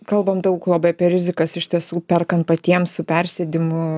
kalbam daug labai apie rizikas iš tiesų perkant patiems su persėdimu